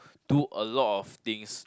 do a lot of things